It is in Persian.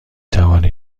توانی